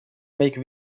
make